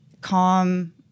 calm